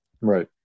right